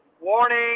warning